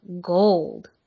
Gold